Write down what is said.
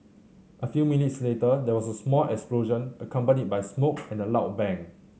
a few minutes later there was a small explosion accompanied by smoke and a loud bang